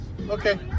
Okay